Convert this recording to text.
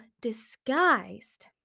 disguised